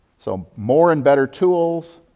so more and better tools,